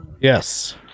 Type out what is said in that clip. Yes